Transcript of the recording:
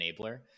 enabler